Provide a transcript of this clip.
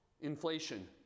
inflation